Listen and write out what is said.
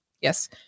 Yes